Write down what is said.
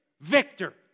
victor